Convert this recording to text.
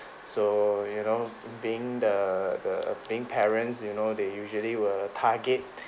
so you know being the the being parents you know they usually will target